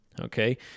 Okay